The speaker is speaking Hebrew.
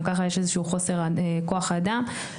גם ככה יש חוסר כוח אדם,